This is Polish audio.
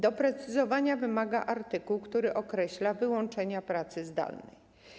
Doprecyzowania wymaga artykuł, który określa wyłączenia pracy zdalnej.